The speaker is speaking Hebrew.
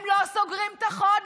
הם לא סוגרים את החודש.